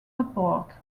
apart